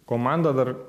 komanda dar